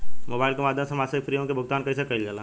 Mobile के माध्यम से मासिक प्रीमियम के भुगतान कैसे कइल जाला?